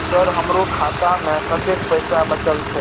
Sir हमरो खाता में कतेक पैसा बचल छे?